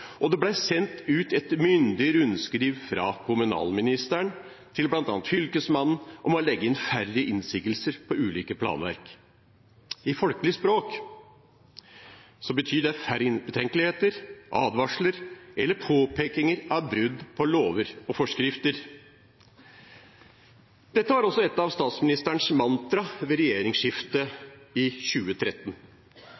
og det ble sendt ut et myndig rundskriv fra kommunalministeren til bl.a. fylkesmannen om å legge inn færre innsigelser på ulike planer. I folkelig språk betyr det færre betenkeligheter, advarsler eller påpekinger av brudd på lover og forskrifter. Dette var også et av statsministerens mantraer ved regjeringsskiftet